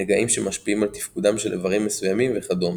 נגעים שמשפיעים על תפקודם של איברים מסוימים וכדומה.